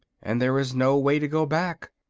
and there is no way to go back,